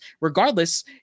regardless